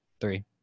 three